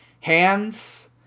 hands